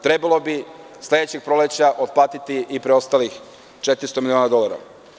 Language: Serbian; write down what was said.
Trebalo bi sledećeg proleća otplati i preostalih 400 miliona dolara.